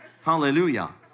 Hallelujah